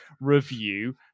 review